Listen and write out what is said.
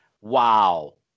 wow